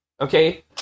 Okay